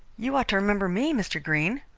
you ought to remember me, mr. greene,